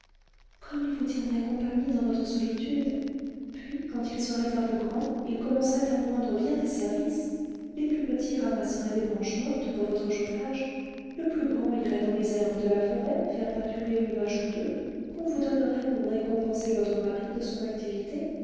comme ils vous tiendraient compagnie dans votre solitude puis quand ils seraient un peu grands ils commenceraient à vous rendre bien des services les plus petits ramasseraient des branches mortes pour votre chauffage le plus grand irait dans les herbes de la forêt faire pâturer une vache ou deux qu'on vous donnerait pour récompenser votre mari de son activité